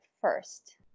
first